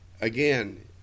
again